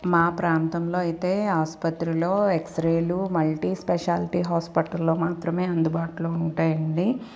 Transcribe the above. మా ప్రాంతంలో అయితే ఆసుపత్రిలో ఎక్సరేలు మల్టీ స్పెషాలిటీ హాస్పిటల్లో మాత్రమే అందుబాటులో ఉంటాయండి